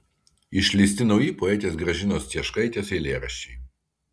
išleisti nauji poetės gražinos cieškaitės eilėraščiai